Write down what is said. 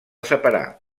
separar